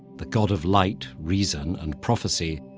the god of light, reason, and prophecy.